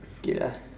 K lah